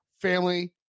family